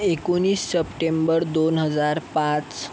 एकोणीस सप्टेंबर दोन हजार पाच